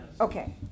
Okay